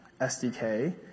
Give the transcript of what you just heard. SDK